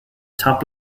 top